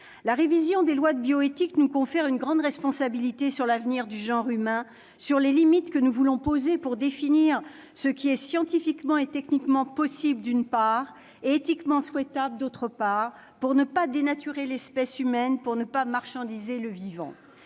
La révision des lois de bioéthique nous confère une grande responsabilité sur l'avenir du genre humain, sur les limites que nous voulons poser pour définir ce qui est scientifiquement et techniquement possible, d'une part, et éthiquement souhaitable, d'autre part, pour ne pas dénaturer l'espèce humaine, pour ne pas « marchandiser » le vivant.